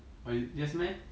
oh you yes meh